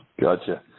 gotcha